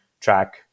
track